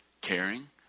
Caring